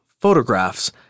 photographs